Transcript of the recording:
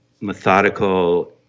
methodical